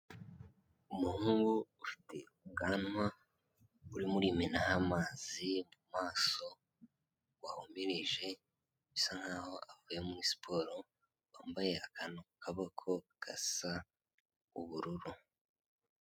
Umuhungu ufite ubwanwa, uri murimo urimenaho amazi mumaso, wahumirije, bisa nkaho avuye muri siporo, wambaye akantu kaboko gasa ubururu.